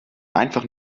einfach